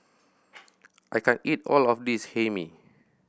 I can't eat all of this Hae Mee